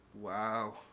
Wow